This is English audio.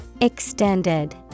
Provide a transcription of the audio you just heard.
Extended